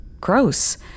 Gross